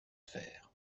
fer